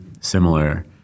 similar